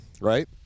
right